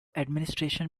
administration